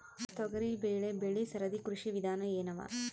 ತೊಗರಿಬೇಳೆ ಬೆಳಿ ಸರದಿ ಕೃಷಿ ವಿಧಾನ ಎನವ?